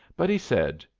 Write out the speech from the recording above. but he said,